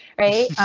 right?